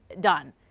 done